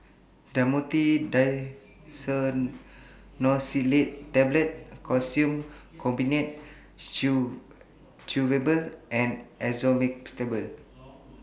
Dhamotil Diphenoxylate Tablets Calcium Carbonate Chewable and Esomeprazole